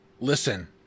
listen